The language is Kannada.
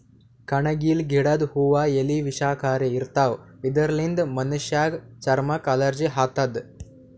ಕಣಗಿಲ್ ಗಿಡದ್ ಹೂವಾ ಎಲಿ ವಿಷಕಾರಿ ಇರ್ತವ್ ಇದರ್ಲಿನ್ತ್ ಮನಶ್ಶರ್ ಚರಮಕ್ಕ್ ಅಲರ್ಜಿ ಆತದ್